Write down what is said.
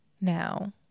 now